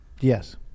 Yes